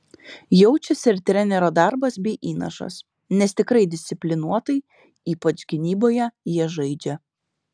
jaučiasi ir trenerio darbas bei įnašas nes tikrai disciplinuotai ypač gynyboje jie žaidžia